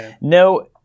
No